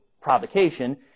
provocation